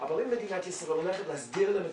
אבל אם מדינת ישראל הולכת להסדיר להם את